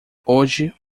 hoje